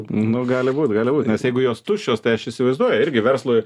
nu gali būt gali būt nes jeigu jos tuščios tai aš įsivaizduoju irgi verslui